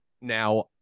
now